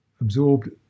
Absorbed